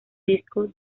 disco